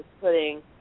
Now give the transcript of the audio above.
putting